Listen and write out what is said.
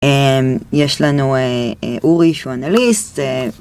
יש לנו אורי שהוא אנליסט.